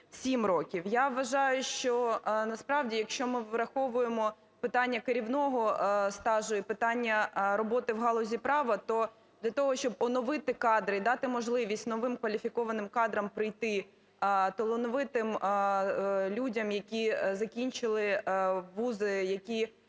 Я вважаю, що насправді, якщо ми враховуємо питання керівного стажу і питання роботи в галузі права, то для того, щоб оновити кадри і дати можливість новим кваліфікованим кадрам прийти, талановитим людям, які закінчили вузи, які